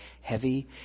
heavy